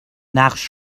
نقش